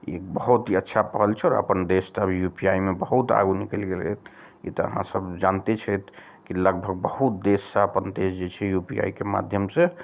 ई बहुत ही अच्छा पहल छै आओर आपन देश तऽ अभी यू पी आइ मे बहुत आगू निकैलि गेलै ई तऽ आहाँ सब जनिते छी की लगभग बहुत देश सऽ अपन देश जे छै यू पी आइ के माध्यम से